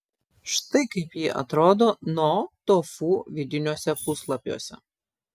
štai kaip ji atrodo no tofu vidiniuose puslapiuose